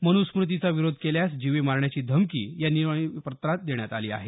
मनुस्मुतीचा विरोध केल्यास जीवे मारण्याची धमकी या निनावी पत्रात देण्यात आली आहे